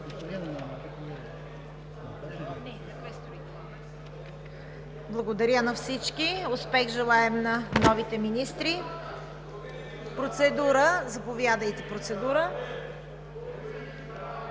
Благодаря на всички. Успех желаем на новите министри. Заповядайте за процедура.